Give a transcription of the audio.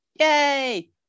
Yay